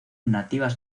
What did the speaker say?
nativas